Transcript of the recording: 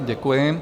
Děkuji.